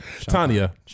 Tanya